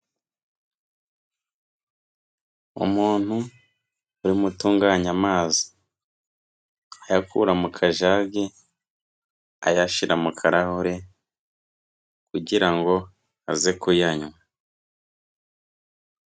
Umuntu urimo utunganya amazi, ayakura mu kajage ayashyira mu karahure kugira ngo aze kuyanywa.